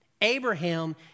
Abraham